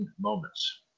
moments